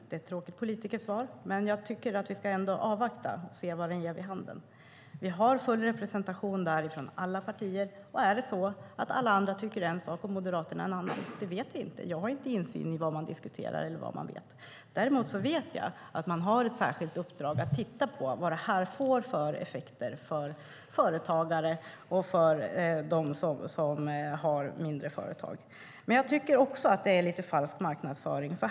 Det är ett tråkigt politikersvar, men jag tycker ändå att vi ska avvakta och se vad den ger vid handen. Vi har full representation där från alla partier. Och är det så att alla andra tycker en sak och Moderaterna en annan? Det vet vi inte. Jag har inte insyn i vad man diskuterar eller vad man vet. Däremot vet jag att man har ett särskilt uppdrag att titta på vad sjuklöneansvaret får för effekter för dem som har mindre företag. Men jag tycker att det är lite falsk marknadsföring.